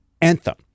Anthem